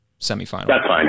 semifinal